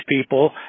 people